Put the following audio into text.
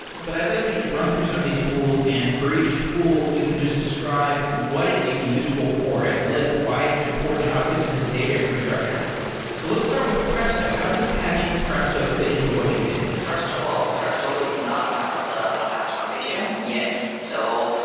but i'd like to just run through some of these tools, and for each tool, you can just describe what it is useful for at lyft. why it's important? how it fits into the data infrastructure? so let's start with presto. how does apache presto fit into what you do? first of all, presto is not part of the apache foundation yet. so,